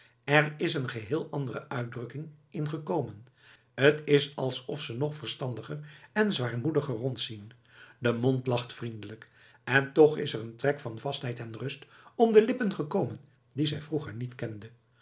er is een geheel andere uitdrukking in gekomen t is alsof ze nog verstandiger en zwaarmoediger rondzien de mond lacht vriendelijk en toch is er een trek van vastheid en rust om de lippen gekomen dien zij vroeger niet kende